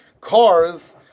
cars